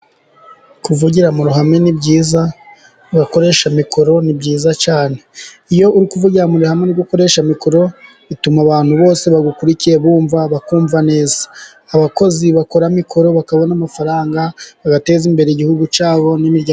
Kuvugira mu ruhame ni byiza, abakoresha mikoro ni byiza cyane, iyo uri kuvugira mu ruhamwe uri gukoresha mikoro bituma abantu bose bagukurikiye bumva, bakumva neza, abakozi bakora mikoro bakabona amafaranga, bagateza imbere igihugu cyabo n'imiryango...